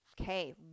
Okay